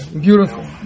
beautiful